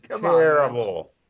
Terrible